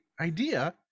idea